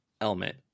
element